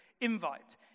invite